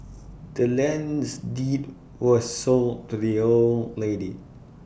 the land's deed was sold to the old lady